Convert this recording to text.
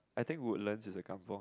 I think Woodlands is a Kampung